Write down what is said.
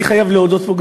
אני חייב להודות פה,